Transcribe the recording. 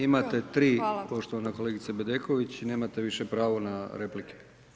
Imate tri poštovana kolegice Bedeković i nemate više pravo na replike.